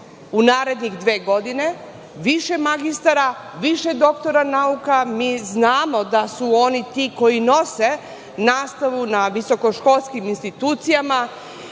u naredne dve godine više magistara, više doktora nauka. Mi znamo da su oni ti koji nose nastavu na visokoškolskim institucijama,